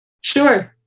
Sure